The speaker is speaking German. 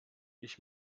ich